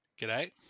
g'day